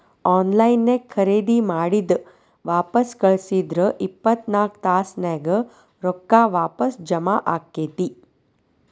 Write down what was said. on line ನ್ಯಾಗ್ ಖರೇದಿ ಮಾಡಿದ್ ವಾಪಸ್ ಕಳ್ಸಿದ್ರ ಇಪ್ಪತ್ನಾಕ್ ತಾಸ್ನ್ಯಾಗ್ ರೊಕ್ಕಾ ವಾಪಸ್ ಜಾಮಾ ಆಕ್ಕೇತಿ